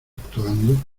actuando